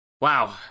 Wow